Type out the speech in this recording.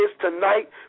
tonight